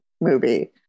movie